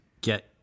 get